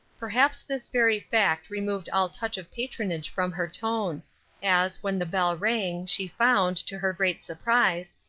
perhaps this very fact removed all touch of patronage from her tone as, when the bell rang, she found, to her great surprise,